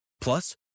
Plus